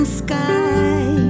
sky